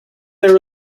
their